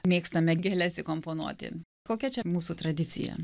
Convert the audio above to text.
mėgstame gėles įkomponuoti kokia čia mūsų tradicija